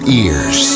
ears